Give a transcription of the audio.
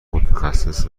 متخصص